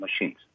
machines